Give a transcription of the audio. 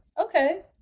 Okay